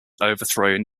overthrown